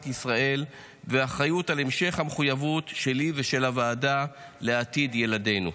ישראל ואחריות להמשך המחויבות שלי ושל הוועדה לעתיד ילדינו.